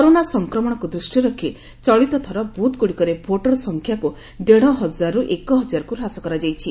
corona ସଂକ୍ରମଣକୁ ଦୃଷ୍ଟିରେ ରଖି ଚଳିତ ଥର ବୁଥ୍ଗୁଡ଼ିକରେ ଭୋଟର୍ ସଂଖ୍ୟାକୁ ଦେଢ଼ ହଜାରରୁ ଏକ ହଜାରକୁ ହ୍ରାସ କରାଯାଇଛି